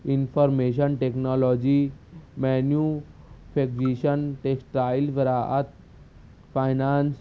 information technology manufacturing textile زراعت finance